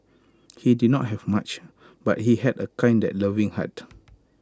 he did not have much but he had A kind and loving heart